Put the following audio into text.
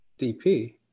DP